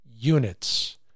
units